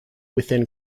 within